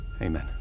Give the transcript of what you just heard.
Amen